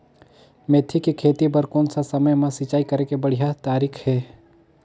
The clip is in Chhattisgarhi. मेथी के खेती बार कोन सा समय मां सिंचाई करे के बढ़िया तारीक हे?